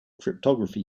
cryptography